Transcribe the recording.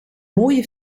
mooie